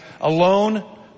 Alone